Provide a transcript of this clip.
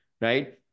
Right